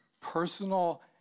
personal